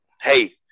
hey